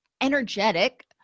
energetic